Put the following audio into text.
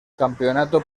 campeonato